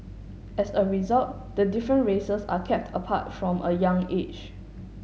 as a result the different races are kept apart from a young age